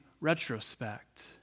retrospect